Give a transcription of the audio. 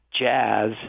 jazz